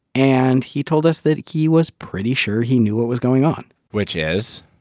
and he told us that he was pretty sure he knew what was going on which is?